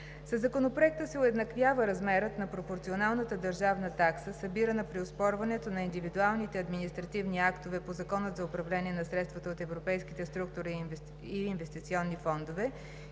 Със Законопроекта се уеднаквява размерът на пропорционалната държавна такса, събирана при оспорването на индивидуалните административни актове по Закона за управление на средствата от Европейските структурни и инвестиционни фондове